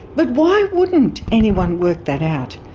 but why wouldn't anyone work that out?